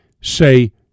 Say